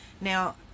Now